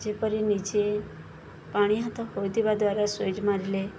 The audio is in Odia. ଯେପରି ନିଜେ ପାଣି ହାତ ହୋଇଥିବା ଦ୍ୱାରା ସୁଇଚ୍ ମାରିଲେ